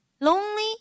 Lonely